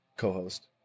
co-host